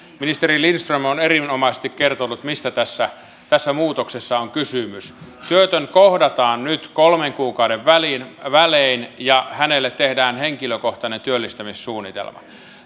ministeri lindström on erinomaisesti kertonut mistä tässä tässä muutoksessa on kysymys työtön kohdataan nyt kolmen kuukauden välein ja hänelle tehdään henkilökohtainen työllistämissuunnitelma